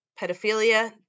pedophilia